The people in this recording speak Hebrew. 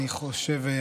אני חושב,